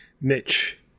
Mitch